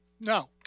No